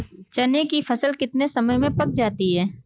चने की फसल कितने समय में पक जाती है?